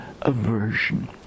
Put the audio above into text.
aversion